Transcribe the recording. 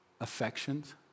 affections